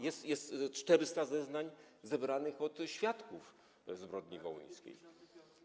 Jest 400 zeznań zebranych od świadków zbrodni wołyńskiej.